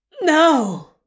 No